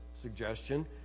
suggestion